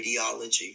radiology